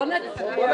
בוא נצביע.